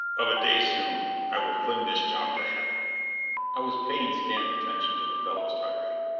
of a day soon i will fling this job to hell i was paying scant attention to the fellow's tirade.